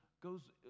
goes